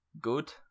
good